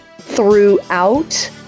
throughout